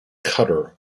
cutter